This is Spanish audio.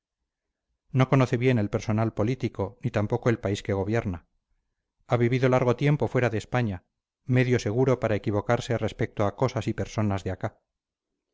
no conoce bien el personal político ni tampoco el país que gobierna ha vivido largo tiempo fuera de españa medio seguro para equivocarse respecto a cosas y personas de acá